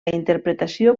interpretació